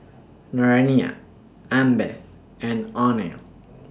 Naraina Amitabh and Anil